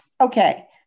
Okay